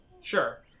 Sure